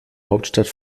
hauptstadt